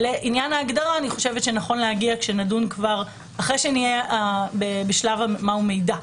לעניין ההגדרה אני חושבת שנכון להגיע אחרי שנהיה בשלב מהו מידע,